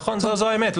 נכון זו האמת,